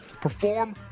perform